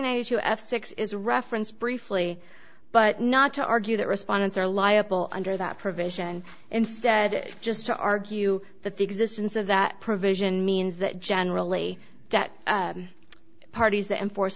six is referenced briefly but not to argue that respondents are liable under that provision instead just to argue that the existence of that provision means that generally that parties that enforce